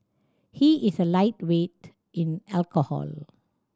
he is a lightweight in alcohol